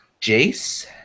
Jace